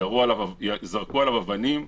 זרקו עליו אבנים,